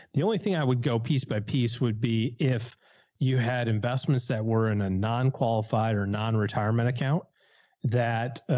the only thing i would go piece by piece would be if you had investments that were in a non-qualified or non retirement account that ah,